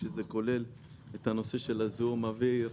שזה כולל את נושא זיהום אוויר,